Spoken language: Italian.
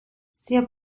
sia